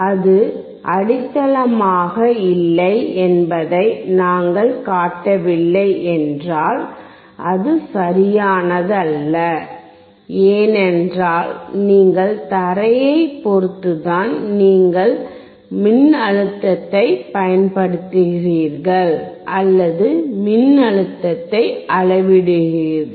அது அடித்தளமாக இல்லை என்பதை நாங்கள் காட்டவில்லை என்றால் அது சரியானதல்ல ஏனென்றால் நீங்கள் தரையைப் பொறுத்து தான் நீங்கள் மின்னழுத்தத்தைப் பயன்படுத்துகிறீர்கள் அல்லது மின்னழுத்தத்தை அளவிடுகிறீர்கள்